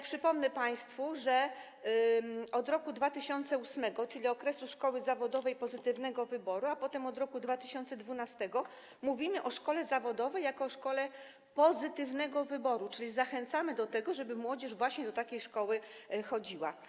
Przypomnę państwu, że od roku 2008, czyli okresu szkoły zawodowej pozytywnego wyboru, a potem od roku 2012 mówimy o szkole zawodowej jako o szkole pozytywnego wyboru, czyli zachęcamy do tego, żeby młodzież właśnie do takiej szkoły chodziła.